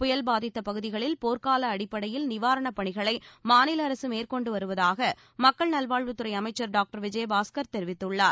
புயல் பாதித்த பகுதிகளில் போர்க்கால அடிப்படையில் நிவாரணப் பணிகளை மாநில அரசு மேற்கொண்டு வருவதாக மக்கள் நல்வாழ்வுத் துறை அமைச்சர் டாக்டர் விஜயபாஸ்கர் தெரிவித்துள்ளார்